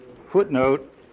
footnote